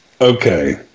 Okay